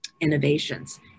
innovations